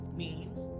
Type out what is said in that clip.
memes